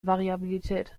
variabilität